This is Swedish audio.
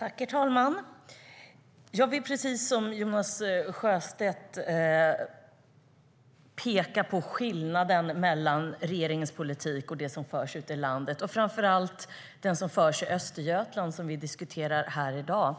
Herr talman! Jag vill precis som Jonas Sjöstedt peka på skillnaden mellan regeringens politik och den politik som förs ute i landet och framför allt den politik som förs i Östergötland och som vi diskuterar här i dag.